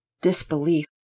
Disbelief